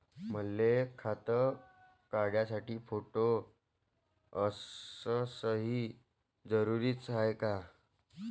मले खातं काढासाठी फोटो अस सयी जरुरीची हाय का?